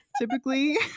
typically